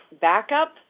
backup